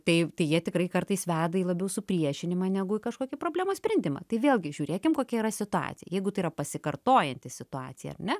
tai tai jie tikrai kartais veda į labiau supriešinimą negu kažkokį problemos sprendimą tai vėlgi žiūrėkim kokia yra situacija jeigu tai yra pasikartojanti situacija ar ne